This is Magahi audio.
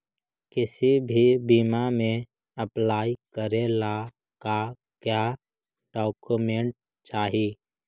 किसी भी बीमा में अप्लाई करे ला का क्या डॉक्यूमेंट चाही?